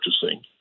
purchasing